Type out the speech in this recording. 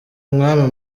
umwami